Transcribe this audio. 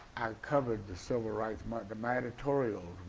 i covered the civil rights, my and my editorial